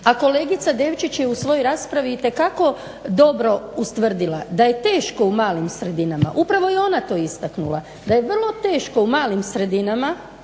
A kolegica Devčić je u svojoj raspravi itekako dobro ustvrdila da je teško u malim sredinama, upravo je ona to istaknula da je vrlo teško u malim sredinama